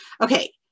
Okay